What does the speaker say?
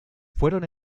fueron